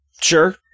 Sure